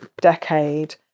decade